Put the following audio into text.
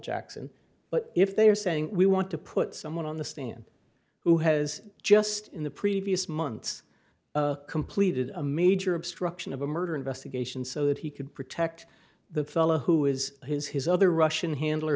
jackson but if they are saying we want to put someone on the stand who has just in the previous months completed a major obstruction of a murder investigation so that he could protect the fellow who is his his other russian handler